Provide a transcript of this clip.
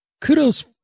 kudos